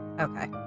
Okay